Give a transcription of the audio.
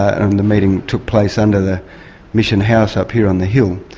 um the meeting took place under the mission house up here on the hill,